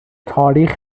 تاریخ